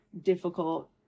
difficult